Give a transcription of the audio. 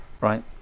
right